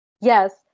Yes